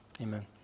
amen